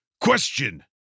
Question